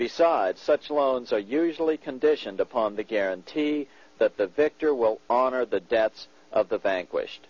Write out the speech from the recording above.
besides such loans are usually conditioned upon the guarantee that the victor well on are the deaths of the vanquish